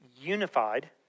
unified